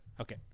Okay